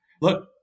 Look